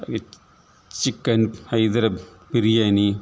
chicken Hyderabadi biryani